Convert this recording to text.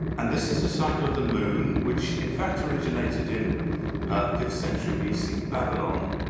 and this is a cycle of the moon, which in fact, originated in fifth century bc babylon.